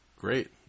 Great